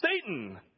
Satan